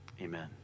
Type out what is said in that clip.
Amen